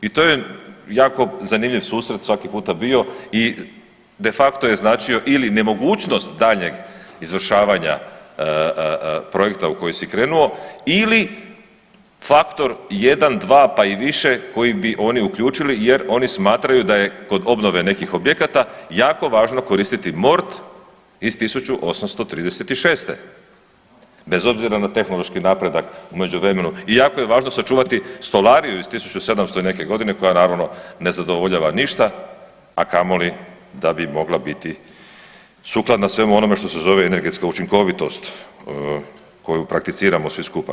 I to je jako zanimljiv susret svaki puta bio i de facto je značio ili nemogućnost daljnjeg izvršavanja projekta u koji si krenuo ili faktor jedan, dva pa i više koji bi oni uključili jer oni smatraju da je kod obnove nekih objekata jako važno koristiti mort iz 1836. bez obzira na tehnološki napredak u međuvremenu i jako je važno sačuvati stolariju iz 1700. i neke godine koja, naravno, ne zadovoljava ništa, a kamoli da bi mogla biti sukladna svemu onome što se zove energetska učinkovitost koju prakticiramo svi skupa.